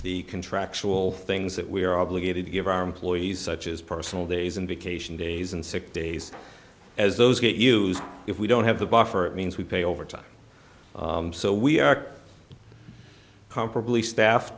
the contractual things that we are obligated to give our employees such as personal days indication days and sick days as those get used if we don't have the buffer it means we pay overtime so we are comparably staff